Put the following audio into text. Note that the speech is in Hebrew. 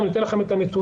אני אתן לכם את הנתונים.